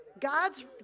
God's